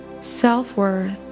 self-worth